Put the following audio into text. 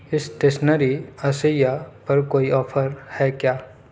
stationery اشیاء پر کوئی آفر ہے کیا